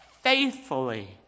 faithfully